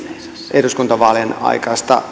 eduskuntavaalien aikainen